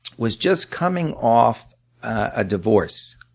was just coming off a divorce